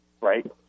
Right